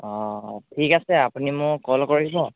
অঁ ঠিক আছে আপুনি মোক কল কৰিব